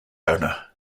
owner